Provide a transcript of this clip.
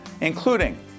including